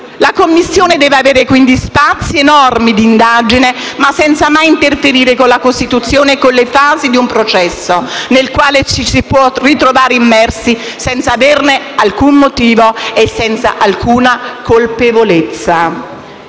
La Commissione deve avere quindi spazi enormi d'indagine ma senza mai interferire con la Costituzione e con le fasi di un processo nel quale ci si può ritrovare immersi senza averne alcun motivo e senza alcuna colpevolezza.